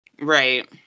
right